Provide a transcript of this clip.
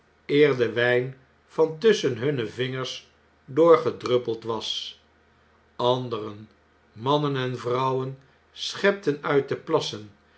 de wjjn van tusschen hunne vingers doorgedruppeld was anderen mannen en vrouwen schepten uit de plassen